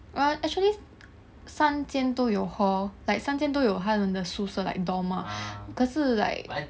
err actually 三间都有 hall like 三间都有它们的宿舍 like dorm ah 可是 like